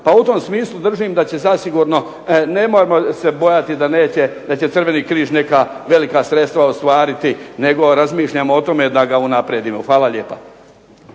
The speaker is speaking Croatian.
Pa u tom smislu držim da će zasigurno, nemojmo se bojati da će Crveni križ neka velika sredstva ostvariti nego razmišljajmo o tome da ga unaprijedimo. Hvala lijepa.